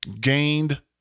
gained